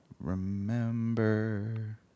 remember